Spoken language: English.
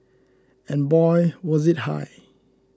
and boy was it high